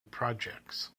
projects